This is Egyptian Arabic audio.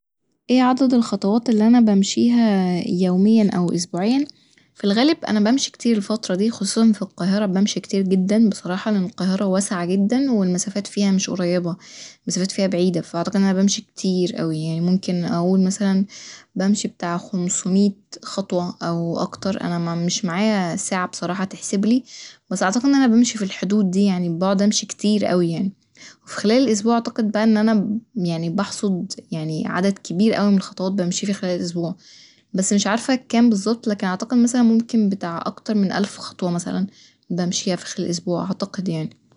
اي عدد الخطوات اللي أنا بمشيها يوميا أو اسبوعيا ف الغالب أنا بمشي كتير الفترة دي خصوصا ف القاهرة بمشي كتير جدا بصراحة لإن القاهرة واسعة جدا والمسافات فيها مش قريبة المسافات فيها بعيدة ف أعتقد إن أنا بمشي كتير أوي يعني ممكن أقول مثلا بمشي بتاع خمسمية خطوة أو أكتر أنا ما- مش معايا ساعة بصراحة تحسبلي بس أعتقد إن أنا بمشي ف الحدود دي يعني بقعد أمشي كتير أوي يعني و فخلال الاسبوع أعتقد بقى إن أنا ب-يعني بحصد يعني عدد كبيراوي من الخطوات بمشيه ف خلال الاسبوع بس مش عارفه كام بالظبط لكن أعتقد مثلا ممكن بتاع أكتر من ألف خطوة مثلا بمشيها ف خلال الاسبوع اعتقد يعني